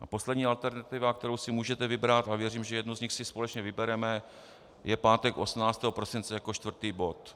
A poslední alternativa, kterou si můžete vybrat, a věřím, že jednu z nich si společně vybereme, je pátek 18. prosince jako čtvrtý bod.